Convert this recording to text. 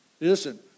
Listen